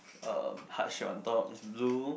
uh heart shape on top is blue